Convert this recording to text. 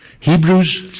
Hebrews